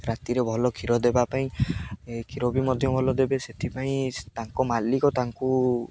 ରାତିରେ ଭଲ କ୍ଷୀର ଦେବା ପାଇଁ କ୍ଷୀର ବି ମଧ୍ୟ ଭଲ ଦେବେ ସେଥିପାଇଁ ତାଙ୍କ ମାଲିକ ତାଙ୍କୁ